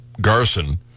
Garson